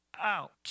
out